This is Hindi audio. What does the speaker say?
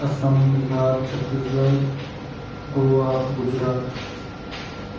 असम बिहार छत्तीसगढ़ गोवा गुजरात